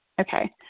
Okay